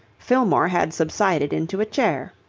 fillmore had subsided into a chair.